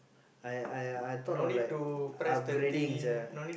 I I I thought of like upgrading sia